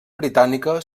britànica